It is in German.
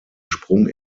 sprung